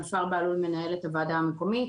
אני מנהלת הוועדה המקומית,